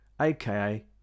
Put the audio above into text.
aka